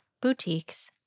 boutiques